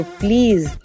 please